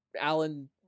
Alan